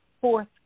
fourth